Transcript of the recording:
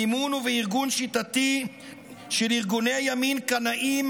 במימון ובארגון שיטתי של ארגוני ימין קנאיים,